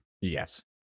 Yes